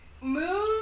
move